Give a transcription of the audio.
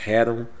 Heron